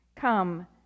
Come